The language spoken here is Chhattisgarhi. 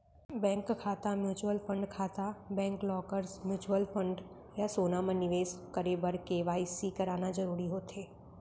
बेंक खाता, म्युचुअल फंड खाता, बैंक लॉकर्स, म्युचुवल फंड या सोना म निवेस करे बर के.वाई.सी कराना जरूरी होथे